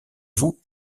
vous